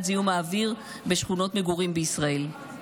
זיהום האוויר בשכונות מגורים בישראל.